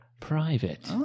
private